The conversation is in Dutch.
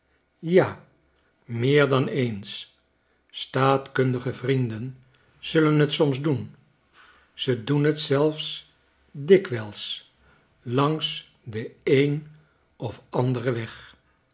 ja meer dan eens staatkundige vrienden zullen t soms doen ze doen t t zelfs dikwijls langs den een of anderen weg